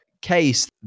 case